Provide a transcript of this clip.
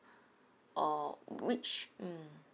or which mm